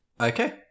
Okay